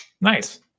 nice